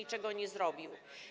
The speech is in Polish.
a czego nie zrobił.